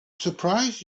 surprised